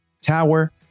Tower